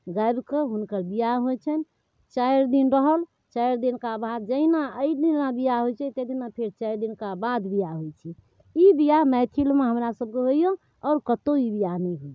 गाबिकऽ हुनकर बिआह होइ छनि चारि दिन रहल चारि दिनका बाद जहिना अइदिना बिआह होइ छै तै दिना फेर चारि दिनका बाद बिआह होइ छै ई बिआह मैथिलमे हमरा सबके होइए आओर कतौ ई बिआह नहि होइए